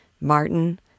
Martin